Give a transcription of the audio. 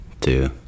two